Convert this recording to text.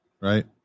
right